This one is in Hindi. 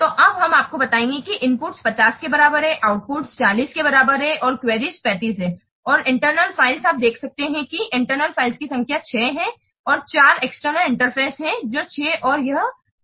तो अब हम आपको बताएंगे कि इनपुट्स 50 के बराबर हैं आउटपुट 40 के बराबर हैं और क्वेरीज़ 35 है और इंटरनल फ़ाइलें आप देख सकते हैं कि इंटरनल फ़ाइलों की संख्या 6 है और 4 एक्सटर्नल इंटरफेस है जो 6 और यह 4 है